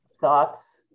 thoughts